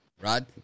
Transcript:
Rod